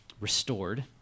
restored